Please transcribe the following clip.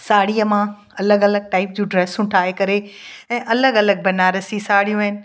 साड़ीअ मां अलॻि अलॻि टाइप जूं ड्रेसूं ठाहे करे ऐं अलॻि अलॻि बनारसी साड़ियूं आहिनि